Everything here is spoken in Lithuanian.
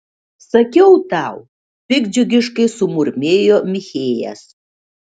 sakiau tau piktdžiugiškai sumurmėjo michėjas